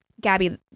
Gabby